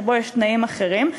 שבו יש תנאים אחרים,